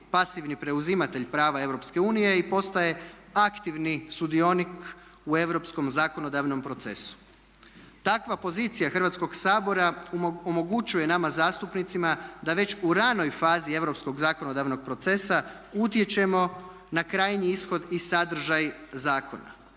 pasivni preuzimatelj prava Europske unije i postaje aktivni sudionik u europskom zakonodavnom procesu. Takva pozicija Hrvatskog sabora omogućuje nama zastupnicima da već u ranoj fazi europskog zakonodavnog procesa utječemo na krajnji ishod i sadržaj zakona.